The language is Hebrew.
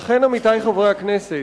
לכן, עמיתי חברי הכנסת,